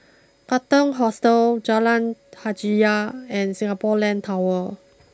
Katong Hostel Jalan Hajijah and Singapore Land Tower